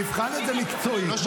נבחן את זה מקצועית.